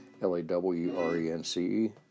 Lawrence